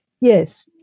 Yes